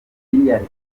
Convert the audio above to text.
miliyari